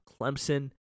Clemson